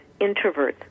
introverts